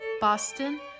Boston